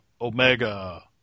omega